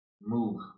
move